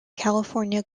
california